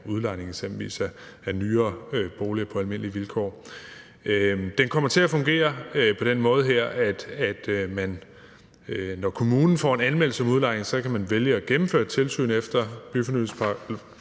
udlejning af eksempelvis nyere boliger på almindelige vilkår. Det kommer til at fungere på den måde, at når kommunen får en anmeldelse om udlejning, kan man vælge at gennemføre tilsynet efter byfornyelseslovens